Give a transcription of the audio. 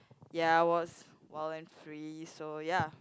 ya I was wild and free so ya